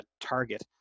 Target